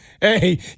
Hey